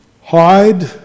hide